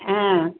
ஆ